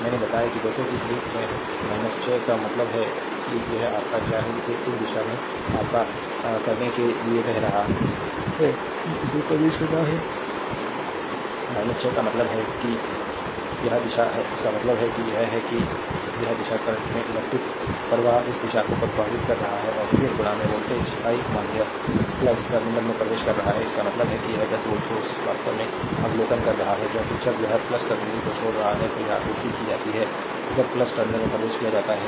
मैंने बताया कि जैसा कि 1 है 6 का मतलब है कि यह आपका क्या है जिसे इस दिशा में आपका करने के लिए बह रहा है कि इसमें प्रवेश करना है 6 का मतलब है कि यह दिशा है इसका मतलब है यह है कि यह दिशा करंट है इलेक्ट्रिक प्रवाह इस दिशा को प्रवाहित कर रहा है और फिर वोल्टेज I माध्य टर्मिनल में प्रवेश कर रहा है इसका मतलब है कि यह 10 वोल्टेज सोर्स वास्तव में अवलोकन कर रहा है क्योंकि जब यह टर्मिनल को छोड़ रहा है तो यह आपूर्ति की जाती है जब टर्मिनल में प्रवेश किया जाता है